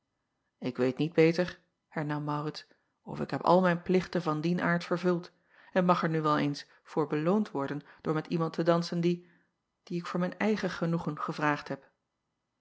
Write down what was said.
k weet niet beter hernam aurits of ik heb al mijn plichten van dien aard vervuld en mag er nu wel eens voor beloond worden door met iemand te dansen die die ik voor mijn eigen genoegen gevraagd heb